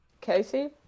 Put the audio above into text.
Casey